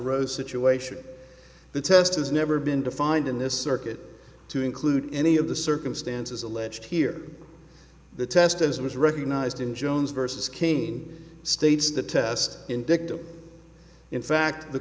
row situation the test has never been defined in this circuit to include any of the circumstances alleged here the test as was recognized in jones versus kane states the test indictable in fact the